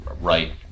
right